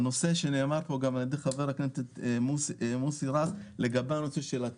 הנושא שנאמר פה גם ע"י חבר הכנסת מוסי רז של התח"צ,